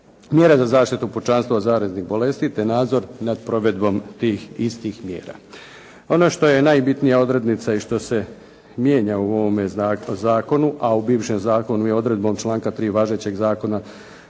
mjere za zaštitu pučanstvu od zaraznih bolesti, te nadzor nad provedbom tih istih mjera. Ono što je najbitnija odrednica i ono što se mijenja u ovome zakonu, a u bivšem zakonu je odredbom članka 3. važećeg zakona